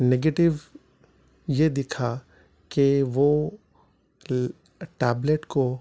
negative یہ دکھا کہ وہ ٹیبلیٹ کو